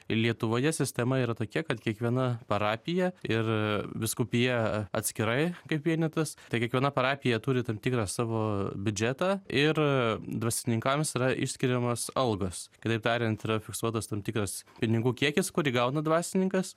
lietuvoje sistema yra tokia kad kiekviena parapija ir vyskupija atskirai kaip vienetas tai kiekviena parapija turi tam tikrą savo biudžetą ir dvasininkams yra išskiriamos algos kitaip tariant yra fiksuotas tam tikras pinigų kiekis kurį gauna dvasininkas